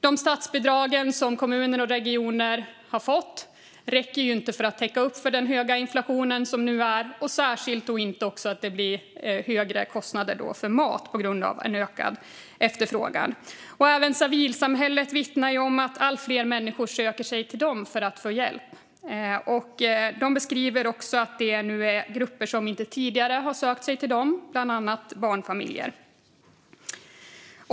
De statsbidrag som kommuner och regioner har fått räcker inte för att täcka upp för den nuvarande höga inflationen, särskilt inte med tanke på att det blir högre kostnader för mat på grund av ökad efterfrågan. Det vittnas också om att allt fler människor söker sig till civilsamhället för att få hjälp. Man beskriver att det bland dem finns grupper som tidigare inte sökt sig dit, bland annat barnfamiljer.